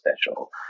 special